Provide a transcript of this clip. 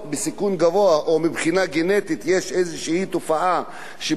או שמבחינה גנטית יש איזו תופעה שבמשפחות האלה